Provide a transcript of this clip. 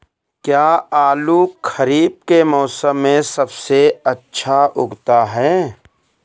क्या आलू खरीफ के मौसम में सबसे अच्छा उगता है?